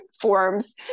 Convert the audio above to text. forms